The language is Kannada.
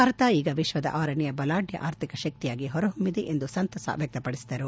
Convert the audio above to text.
ಭಾರತ ಈಗ ವಿಶ್ವದ ಆರನೇಯ ಬಲಾಡ್ ಆರ್ಥಿಕ ಶಕ್ತಿಯಾಗಿ ಹೊರಹೊಮ್ಬಿದೆ ಎಂದು ಸಂತಸ ವ್ಯಕ್ತಪಡಿಸಿದರು